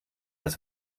das